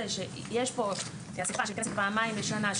שיש פה אסיפה שמתכנסת פעמיים בשנה,